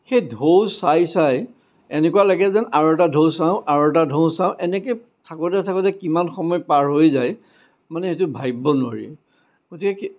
সেই ঢৌ চাই চাই এনেকুৱা লাগে যেন আৰু এটা ঢৌ চাওঁ আৰু এটা ঢৌ চাওঁ এনেকৈ থাকোতে থাকোতে কিমান সময় পাৰ হৈ যায় মানে সেইটো ভাবিব নোৱাৰি গতিকে